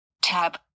Tab